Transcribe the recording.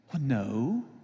No